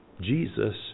Jesus